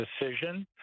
decision